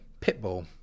Pitbull